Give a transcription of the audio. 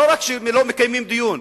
לא רק שלא מקיימים דיון,